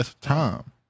time